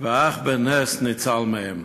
ואך בנס ניצל מהם.